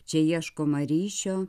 čia ieškoma ryšio